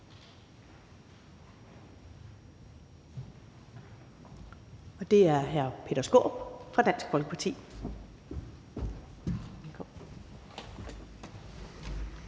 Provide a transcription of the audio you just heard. og det er hr. Peter Skaarup fra Dansk Folkeparti.